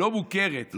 לא מוכרת.